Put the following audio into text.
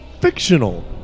Fictional